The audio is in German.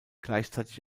gleichzeitig